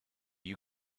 you